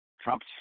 Trump